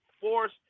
force